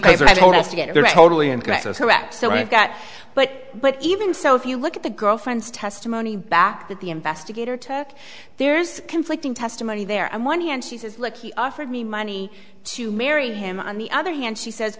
that's correct so i got but but even so if you look at the girlfriend's testimony back that the investigator took there's conflicting testimony there on one hand she says look he offered me money to marry him on the other hand she says